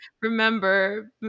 remember